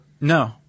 No